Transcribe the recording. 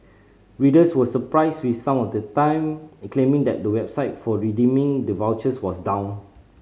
readers were surprised with some at the time claiming that the website for redeeming the vouchers was down